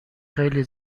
خیلی